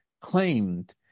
claimed